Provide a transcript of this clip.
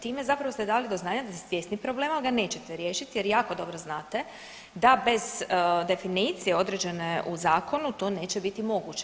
Time zapravo ste dali do znanja da ste svjesni problema, al ga nećete riješit jer jako dobro znate da bez definicije određene u zakonu to neće biti moguće.